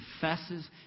confesses